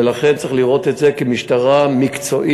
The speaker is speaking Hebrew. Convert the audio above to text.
ולכן צריך לראות את זה כמשטרה מקצועית,